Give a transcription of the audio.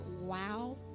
wow